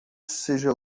seja